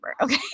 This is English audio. okay